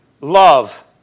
love